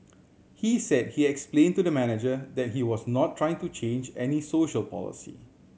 he said he explained to the manager that he was not trying to change any social policy